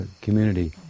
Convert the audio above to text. community